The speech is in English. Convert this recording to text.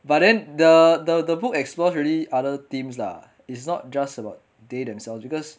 but then the the the book explores really other themes lah it's not just about they themselves because